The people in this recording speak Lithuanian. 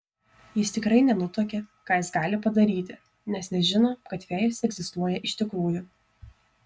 jis tikrai nenutuokė ką jis gali padaryti nes nežino kad fėjos egzistuoja iš tikrųjų